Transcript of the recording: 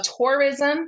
tourism